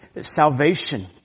salvation